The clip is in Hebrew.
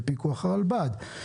בפיקוח הלרב"ד,